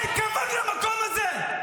אין כבוד למקום הזה?